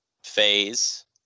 phase